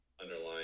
underlying